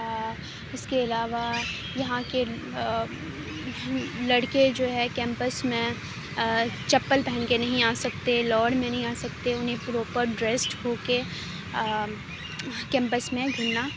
اس کے علاوہ یہاں کے لڑکے جو ہیں کیمپس میں چپل پہن کے نہیں آ سکتے لووڑ میں نہیں آ سکتے انہیں پراپر ڈریسڈ ہو کے کیمپس میں گھومنا